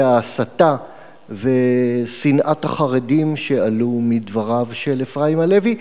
ההסתה ושנאת החרדים שעלו מדבריו של אפרים הלוי.